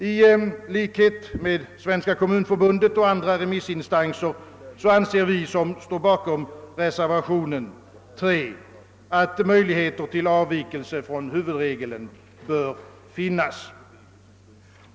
I likhet med Svenska kommunförbundet och andra remissinstanser anser vi, som står bakom reservation 3, att möjligheter till avvikelser från huvudregeln bör finnas.